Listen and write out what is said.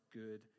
good